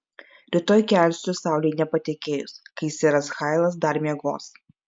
rytoj kelsiu saulei nepatekėjus kai seras hailas dar miegos